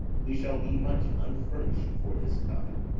we shall be much unfurnish'd for this time.